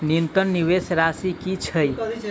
न्यूनतम निवेश राशि की छई?